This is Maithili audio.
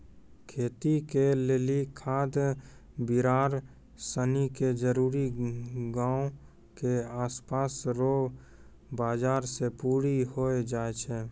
खेती के लेली खाद बिड़ार सनी के जरूरी गांव के आसपास रो बाजार से पूरी होइ जाय छै